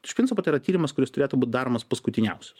iš principo tai yra tyrimas kuris turėtų būt daromas paskutiniausias